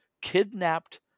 kidnapped